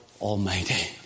Almighty